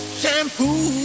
shampoo